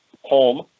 home